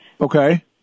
Okay